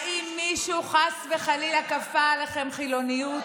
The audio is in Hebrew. האם מישהו חס וחלילה כפה עליכם חילוניות?